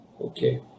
Okay